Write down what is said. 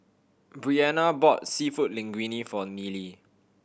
Briana bought Seafood Linguine for Nealie